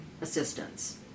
assistance